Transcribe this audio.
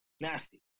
nasty